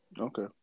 Okay